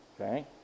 okay